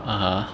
(uh huh)